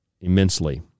immensely